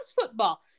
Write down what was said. football